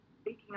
speaking